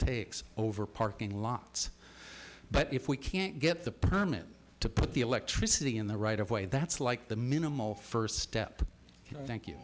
cs over parking lots but if we can't get the permit to put the electricity in the right of way that's like the minimal first step thank you